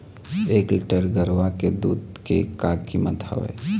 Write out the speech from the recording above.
एक लीटर गरवा के दूध के का कीमत हवए?